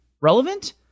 relevant